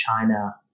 China